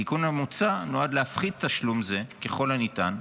התיקון המוצע נועד להפחית תשלום זה ככל הניתן,